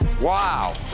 Wow